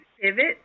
pivot